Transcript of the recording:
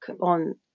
on